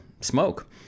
smoke